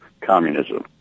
communism